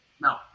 no